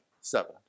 Seven